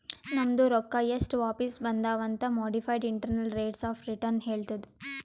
ನಮ್ದು ರೊಕ್ಕಾ ಎಸ್ಟ್ ವಾಪಿಸ್ ಬಂದಾವ್ ಅಂತ್ modified internal rates of return ಹೇಳತ್ತುದ್